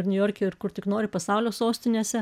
ir niujorke ir kur tik nori pasaulio sostinėse